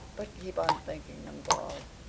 but keep on thinking them, paul.